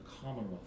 commonwealth